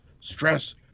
Stress